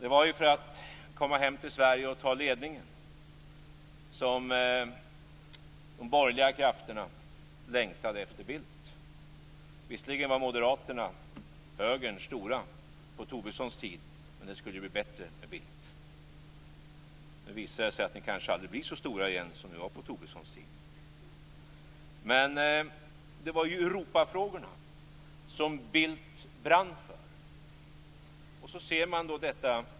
Det var ju för att han skulle komma hem till Sverige och ta ledningen som de borgerliga krafterna längtade efter Bildt. Visserligen var Moderaterna, högern, stora på Tobissons tid, men det skulle bli bättre med Bildt. Men det var ju Europafrågorna som Bildt brann för.